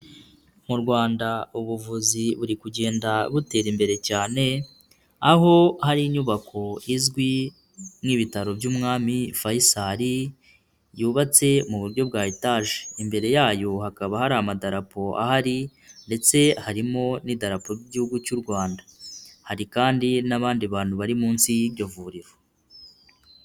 Mu Rwanda ubuvuzi buri kugenda butera imbere cyane aho hari inyubako izwi nk'ibitaro by'Umwami Faisal, yubatse mu buryo bwa etaje, imbere yayo hakaba hari amadarapo ahari ndetse harimo n'idarapo ry'Igihugu cy'u Rwanda, hari kandi n'abandi bantu bari munsi y'iryo vuriro.